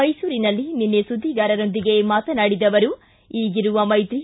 ಮೈಸೂರಿನಲ್ಲಿ ನಿನ್ನೆ ಸುದ್ವಿಗಾರರೊಂದಿಗೆ ಮಾತನಾಡಿದ ಅವರು ಈಗಿರುವ ಮೈತ್ರಿ